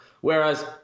Whereas